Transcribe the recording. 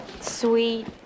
Sweet